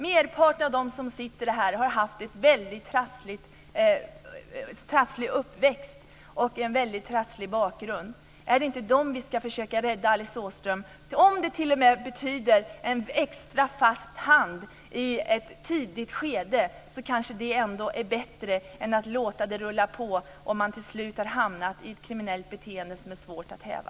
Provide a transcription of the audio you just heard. Merparten av dem som sitter här har haft en väldigt trasslig uppväxt, en trasslig bakgrund. Är det inte dem vi ska försöka rädda, Alice Åström? Om det betyder en extra fast hand i ett tidigt skede är det kanske ändå bättre än att låta det rulla på om man till slut har hamnat i ett kriminellt beteende som är svårt att häva.